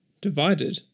divided